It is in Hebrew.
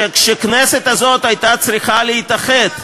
שכשהכנסת הזאת הייתה צריכה להתאחד,